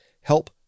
help